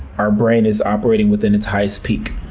our brain is operating within its highest peak.